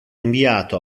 inviato